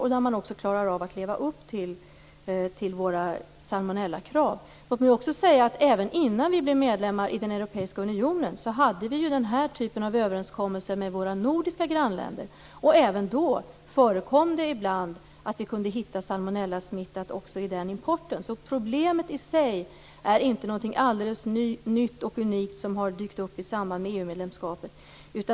De klarar också av att leva upp till våra salmonellakrav. Även innan vi blev medlemmar i den europeiska unionen hade vi den här typen av överenskommelser med våra nordiska grannländer. Även då förekom det ibland att vi kunde hitta salmonellasmitta i den importen. Problemet i sig är inte något alldeles nytt och unikt som har dykt upp i samband med EU medlemskapet.